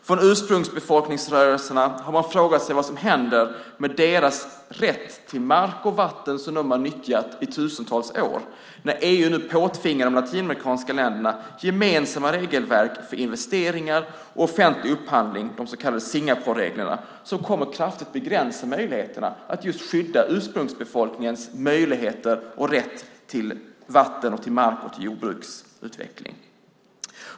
Från ursprungsbefolkningsrörelserna har man frågat vad som händer med deras rätt till mark och vatten som de har nyttjat i tusentals år när EU nu påtvingar de latinamerikanska länderna gemensamma regelverk för investeringar och offentlig upphandling, de så kallade Singaporereglerna, vilket kommer att kraftigt begränsa möjligheterna att skydda ursprungsbefolkningens rätt till vatten, mark och jordbruksutveckling.